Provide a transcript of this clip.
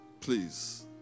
Please